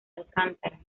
alcántara